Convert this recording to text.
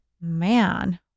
man